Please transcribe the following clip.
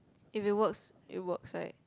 if it works it works right